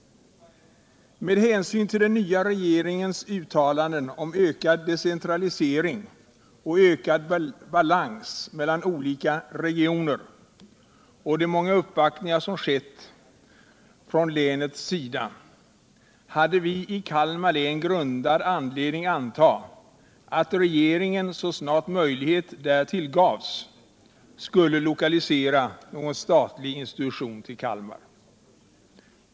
Med hänsyn till den nya regeringens uttalanden om ökad decentralisering och ökad balans mellan olika regioner och de många uppvaktningar som skett från länets sida hade vi i Kalmar län grundad anledning anta att regeringen så snart möjlighet därtill gavs skulle lokalisera någon statlig institution till Kalmar.